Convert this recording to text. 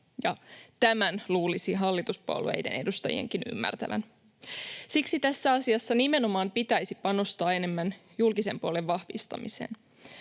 tämän luulisi hallituspuolueiden edustajienkin ymmärtävän. Siksi tässä asiassa pitäisi panostaa enemmän nimenomaan julkisen puolen vahvistamiseen.